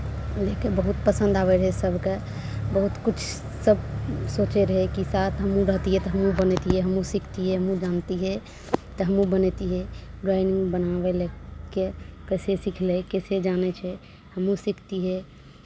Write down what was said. ओहीके बहुत पसन्द आबै रहै सभकेँ बहुत किछु सभ सोचै रहै कि साथ हमहूँ रहतियै तऽ हमहूँ बनैतियै हमहूँ सिखतियै हमहूँ जानतियै तऽ हमहूँ बनैतियै ड्राइंग बनाबै लए कऽ कैसे सिखलै कैसे जानै छै हमहूँ सिखतियै